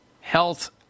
Health